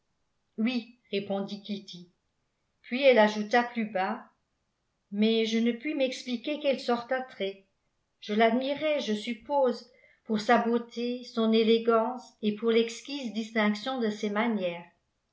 idée oui répondit kitty puis elle ajouta plus bas mais je ne puis m'expliquer quelle sorte d'attrait je l'admirais je suppose pour sa beauté son élégance et pour l'exquise distinction de ses manières